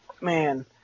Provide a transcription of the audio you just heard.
man